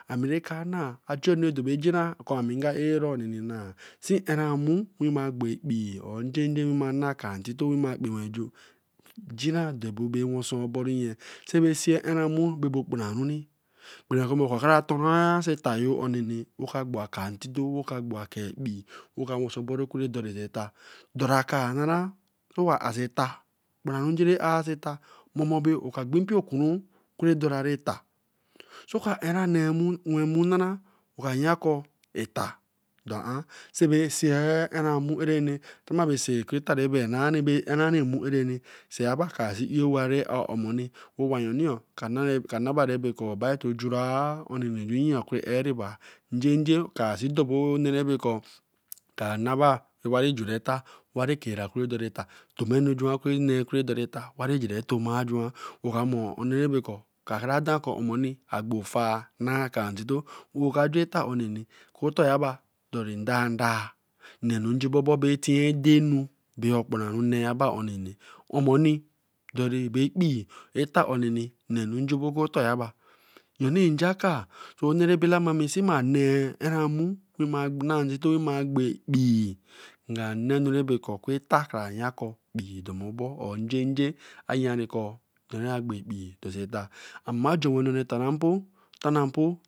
Ame ra ka nai acho anu ra do abo nji nah bae ka ar oone see ara nmu gbe expi ra fo do s oom see ara er njejen in ma και ntito mma kpen we ju, jima do sobot sets owensoboru yen sai bai seen kara babe okparan woni bere kor a ka mur kera so tan yo. Abe sin ekwo abe nari ve nmu arreni, eta bi arebi see eyeh awa ra ati omeni, ka na bara bo obai oku bae are bac to jura conini ju fearu njenje kor sun de ber onee ra be koer ka naba ebarijuni eta, toma enu jara Korn nere eta amor anne ra be ker agber ofar, nasa ka ntito, okaju eta onini, oku eta eba dori ndandan ra dan nonni njakar, so onee bilalami, imma nee mu, mma nee ntito mma gbo ekpii nga na nenu rabi ker eta bra yan kor kpii do ro bo or njenje, ayanekor ma gbo ekpii.